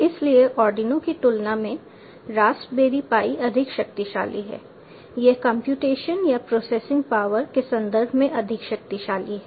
इसलिए आर्डिनो की तुलना में रास्पबेरी पाई अधिक शक्तिशाली है यह कंप्यूटेशन या प्रोसेसिंग पावर के संदर्भ में अधिक शक्तिशाली है